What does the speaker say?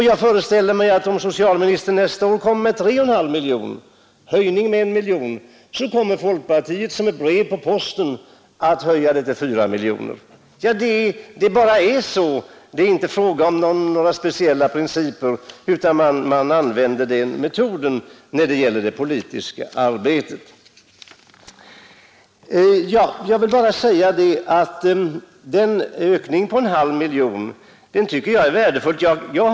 Jag föreställer mig att om socialministern nästa år föreslår 3,5 miljoner kronor — dvs. en höjning med 1 miljon kronor — kommer folkpartiet att, lägga fram förslag om höjning till 4 miljoner kronor. Det bara är så! Det är inte fråga om några speciella principer, utan man använder den metoden när det gäller det politiska arbetet. Jag tycker att ökningen på en halv miljon kronor är värdefull.